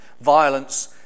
violence